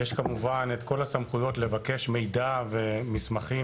יש כמובן את כל הסמכויות לבקש מידע ומסמכים